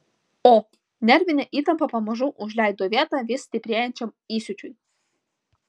o nervinė įtampa pamažu užleido vietą vis stiprėjančiam įsiūčiui